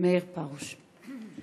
מאיר פרוש.